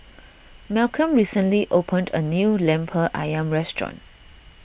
Malcolm recently opened a new Lemper Ayam restaurant